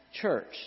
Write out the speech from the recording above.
church